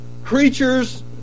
creatures